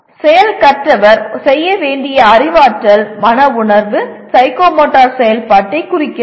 செயல் கற்றவர் செய்ய வேண்டிய அறிவாற்றல் மன உணர்வு சைக்கோமோட்டர் செயல்பாட்டைக் குறிக்கிறது